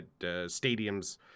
stadiums